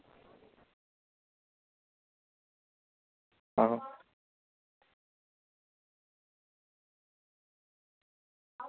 आं